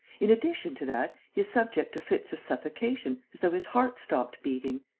in addition to that, he is subject to fits of suffocation, as though his heart stopped beating.